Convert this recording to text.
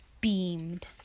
beamed